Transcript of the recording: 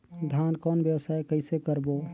धान कौन व्यवसाय कइसे करबो?